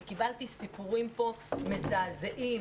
אני קיבלתי סיפורים מזעזעים,